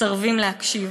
מסרבים להקשיב.